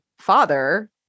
father